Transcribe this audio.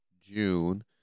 June